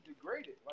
degraded